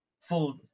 full